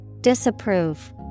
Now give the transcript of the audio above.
Disapprove